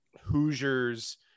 Hoosiers